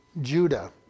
Judah